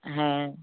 হ্যাঁ